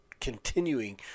continuing